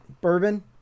Bourbon